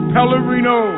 Pellerino